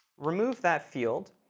remove that field.